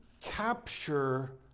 capture